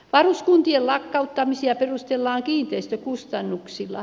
varuskuntien lakkauttamisia perustellaan kiinteistökustannuksilla